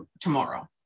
tomorrow